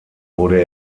wurde